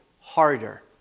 harder